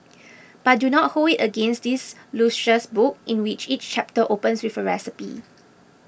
but do not hold it against this luscious book in which each chapter opens with a recipe